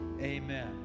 amen